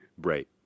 Right